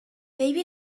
maybe